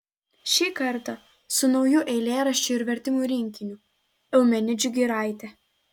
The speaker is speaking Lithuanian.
šį kartą su nauju eilėraščių ir vertimų rinkiniu eumenidžių giraitė